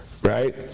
Right